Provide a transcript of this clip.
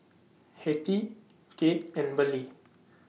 Hattie Kade and Burleigh